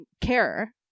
care